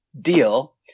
deal